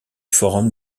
forum